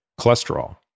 cholesterol